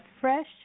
fresh